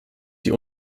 die